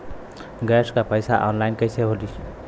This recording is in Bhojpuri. गैस क पैसा ऑनलाइन कइसे होई?